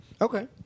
Okay